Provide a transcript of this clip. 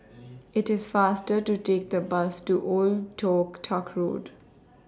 IT IS faster to Take The Bus to Old Tock Tuck Road